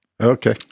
Okay